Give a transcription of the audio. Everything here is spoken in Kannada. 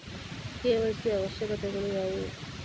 ಕೆ.ವೈ.ಸಿ ಅವಶ್ಯಕತೆಗಳು ಯಾವುವು?